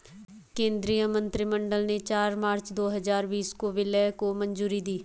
केंद्रीय मंत्रिमंडल ने चार मार्च दो हजार बीस को विलय को मंजूरी दी